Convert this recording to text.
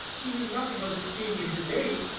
he knew nothing of its being in debate,